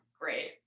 great